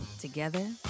Together